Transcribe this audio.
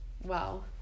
Wow